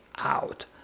out